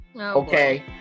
Okay